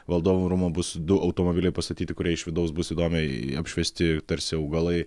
valdovų rūmų bus du automobiliai pastatyti kurie iš vidaus bus įdomiai apšviesti tarsi augalai